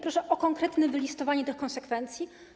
Proszę o konkretne wylistowanie tych konsekwencji.